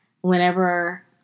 Whenever